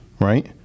Right